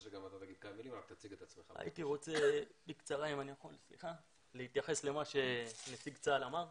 הייתי רוצה בקצרה להתייחס למה שנציג צה"ל אמר.